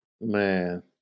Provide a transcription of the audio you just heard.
Man